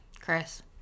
Chris